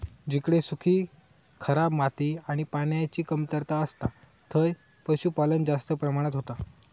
जिकडे सुखी, खराब माती आणि पान्याची कमतरता असता थंय पशुपालन जास्त प्रमाणात होता